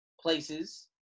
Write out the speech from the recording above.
places